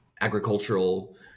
agricultural